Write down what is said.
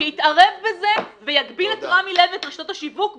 שיתערב בזה ויגביל את רמי לוי ואת רשתות השיווק בחגים.